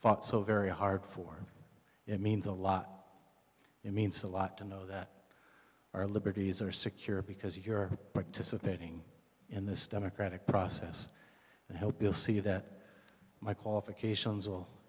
fought so very hard for it means a lot it means a lot to know that our liberties are secure because you're participating in this democratic process and i hope you'll see that my qualifications will